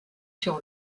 sur